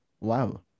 Wow